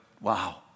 wow